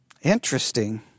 Interesting